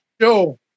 show